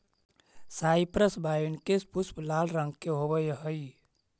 cypress wine के पुष्प लाल रंग के होवअ हई